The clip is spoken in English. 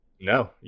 No